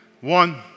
One